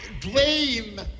dream